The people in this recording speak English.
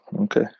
okay